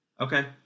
Okay